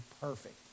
perfect